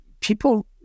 people